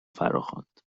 فراخواند